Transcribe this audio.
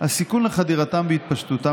היא גם מדירה את כל הגברים שהם חברי הכנסת.